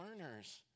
learners